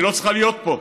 היא לא צריכה להיות פה,